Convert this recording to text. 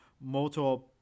motor